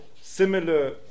similar